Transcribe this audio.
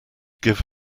give